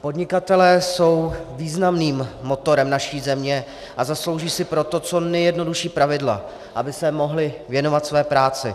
Podnikatelé jsou významným motorem naší země, a zaslouží si proto co nejjednodušší pravidla, aby se mohli věnovat své práci.